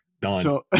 done